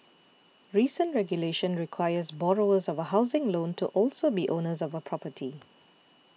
recent regulation requires borrowers of a housing loan to also be owners of a property